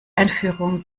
einführung